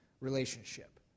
relationship